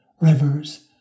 rivers